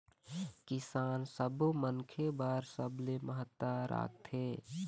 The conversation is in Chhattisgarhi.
किसान सब्बो मनखे बर सबले महत्ता राखथे